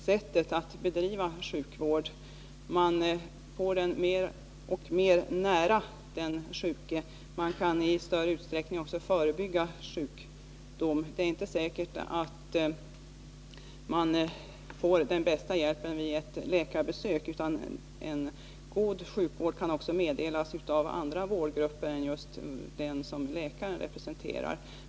Sättet att bedriva sjukvård har också ändrats, och sjukvården har kommit närmare den sjuke. Vi kan också i större utsträckning förebygga sjukdom. Det är inte säkert att man får den bästa hjälpen vid ett läkarbesök. En god sjukvård kan också meddelas av andra vårdgrupper än just den som läkaren representerar.